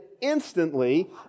instantly